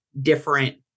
different